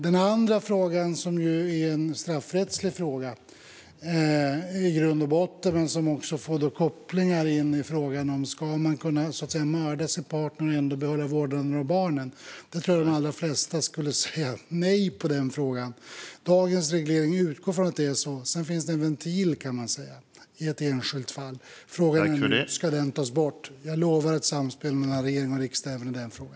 Den andra delen av frågan är i grund och botten straffrättslig. Den har koppling till frågan om man ska kunna mörda sin partner och ändå behålla vårdnaden om barnen. Jag tror att de allra flesta skulle svara nej på den frågan. Dagens reglering utgår från att det är så, men sedan kan man säga att det finns en ventil i ett enskilt fall. Frågan är om den ska tas bort. Jag lovar ett samspel mellan regering och riksdag även i den frågan.